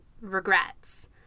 regrets